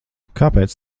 kāpēc